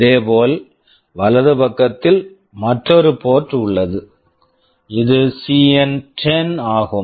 இதேபோல் வலது பக்கத்தில் மற்றொரு போர்ட் port உள்ளது இது சிஎன்10 CN10 ஆகும்